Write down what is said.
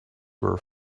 were